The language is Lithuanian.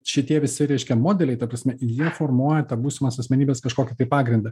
šitie visi reiškia modeliai ta prasme jie formuoja tą būsimos asmenybės kažkokį tai pagrindą